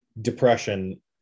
depression